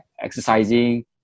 exercising